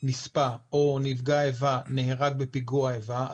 נספה או נפגע איבה נהרג בפיגוע איבה,